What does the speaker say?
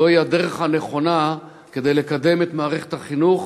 זוהי הדרך הנכונה כדי לקדם את מערכת החינוך